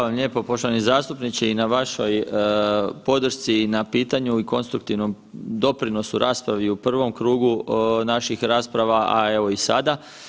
Hvala lijepo poštovani zastupniče i na vašoj podršci i na pitanju i konstruktivnom doprinosu raspravi u prvom krugu naših rasprava, a evo i sada.